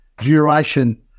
Duration